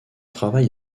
travail